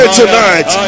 tonight